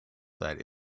that